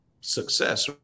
success